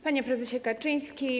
Panie Prezesie Kaczyński!